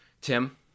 Tim